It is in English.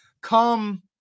come